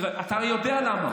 אתה יודע למה.